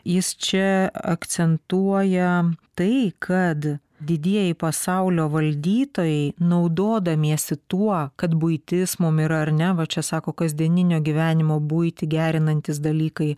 jis čia akcentuoja tai kad didieji pasaulio valdytojai naudodamiesi tuo kad buitis mum yra ar ne va čia sako kasdieninio gyvenimo buitį gerinantys dalykai